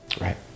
Right